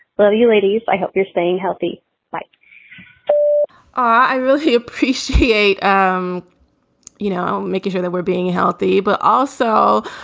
but you ladies. i hope you're staying healthy like i really appreciate, um you know, making sure that we're being healthy. but also,